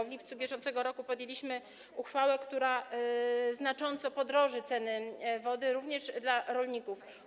W lipcu br. podjęliśmy ustawę, która znacząco podniesie ceny wody, również dla rolników.